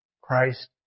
Christ